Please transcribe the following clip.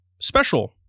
special